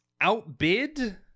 Outbid